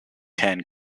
ten